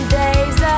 days